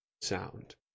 sound